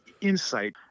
insight